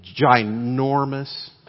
ginormous